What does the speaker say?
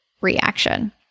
reaction